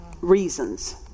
reasons